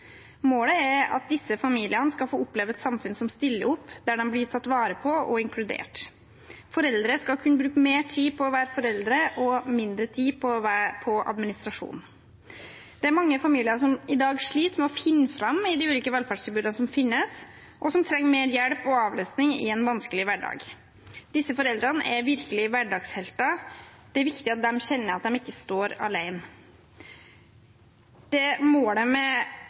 Målet er at disse familiene skal få oppleve et samfunn som stiller opp, der de blir tatt vare på og inkludert. Foreldre skal kunne bruke mer tid på å være foreldre og mindre tid på administrasjon. Det er mange familier som i dag sliter med å finne fram i de ulike velferdstilbudene som finnes, og som trenger mer hjelp og avlastning i en vanskelig hverdag. Disse foreldrene er virkelig hverdagshelter. Det er viktig at de kjenner at de ikke står alene. Målet med